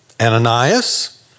Ananias